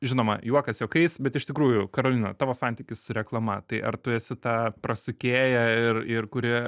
žinoma juokas juokais bet iš tikrųjų karolina tavo santykis su reklama tai ar tu esi ta prasukėlėja ir ir kuri